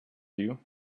you